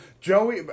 Joey